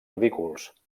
ridículs